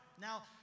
Now